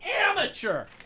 amateur